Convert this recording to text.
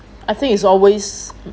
I think it's always